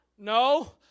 No